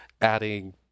adding